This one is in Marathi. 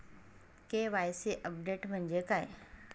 के.वाय.सी अपडेट म्हणजे काय?